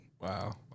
Wow